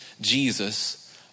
Jesus